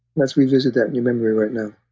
let's revisit that in your memory right now.